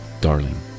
darling